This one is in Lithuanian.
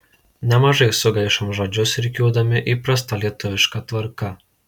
nemažai sugaišom žodžius rikiuodami įprasta lietuviška tvarka